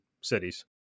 cities